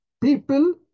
people